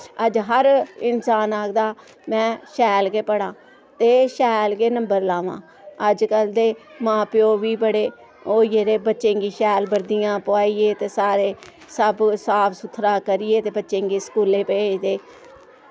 अज्ज हर इंसान आखदा मैं शैल गै पढ़ां ते शैल गै नंबर लावां अज्जकल दे मां प्यो बी बड़े ओह् होई गेदे बच्चें गी शैल बर्दियां पोआइयै ते सारे सब साफ सुथरा करियै ते बच्चें गी स्कूलें भेजदे